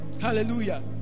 Hallelujah